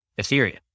Ethereum